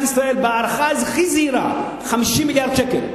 ישראל בהערכה הכי זהירה 50 מיליארד שקל,